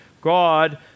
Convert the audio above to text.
God